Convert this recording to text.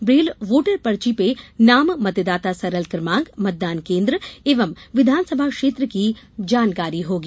Braille voter पर्ची में नाम मतदाता सरल क्रमांक मतदान केन्द्र एवं विघानसभा क्षेत्र की जानकारी होगी